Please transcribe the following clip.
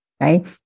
right